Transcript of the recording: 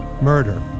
Murder